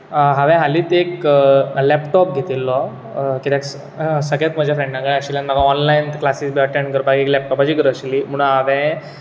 आनी जशें की हावे सांगले हाजो विंडोज धा वर्जनचो आसा ओएस वर्जन हाज्या बरोबर म्हाका तीन वर्सांची वॉरेंटी दिल्ली आसा